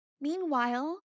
Meanwhile